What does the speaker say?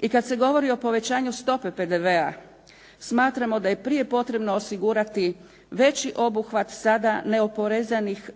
I kada se govori o povećanju stope PDV-a, smatramo da je prije potrebno osigurati veći obuhvat sada